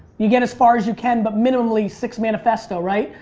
you get as far as you can but minimally six manifesto, right?